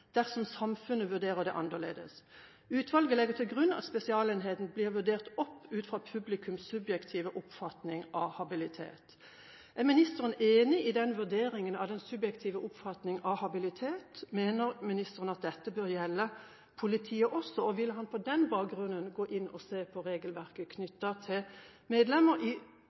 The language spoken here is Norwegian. dersom samfunnet vurderer dette annerledes. Utvalget legger til grunn at Spesialenheten blir vurdert ut fra publikums subjektive oppfatning av habilitet.» Er ministeren enig i denne vurderingen av den subjektive oppfatningen av habilitet? Mener ministeren at dette bør gjelde politiet også, og vil han på den bakgrunnen gå inn og se på regelverket knyttet til medlemmer i